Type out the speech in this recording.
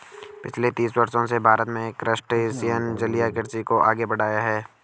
पिछले तीस वर्षों से भारत में क्रस्टेशियन जलीय कृषि को आगे बढ़ाया है